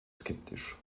skeptisch